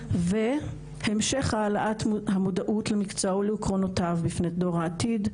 והמשך העלאת המודעות למקצוע ולעקרונותיו בפני דור העתיד,